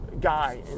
guy